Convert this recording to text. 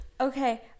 Okay